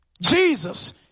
Jesus